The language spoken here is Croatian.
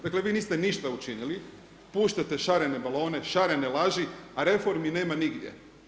Dakle vi niste ništa učinili, puštate šarene balone, šarene laži a reformi nema nigdje.